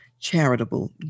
charitable